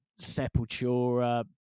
Sepultura